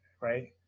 right